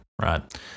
right